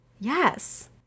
Yes